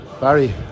Barry